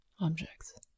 objects